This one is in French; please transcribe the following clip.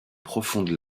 profonde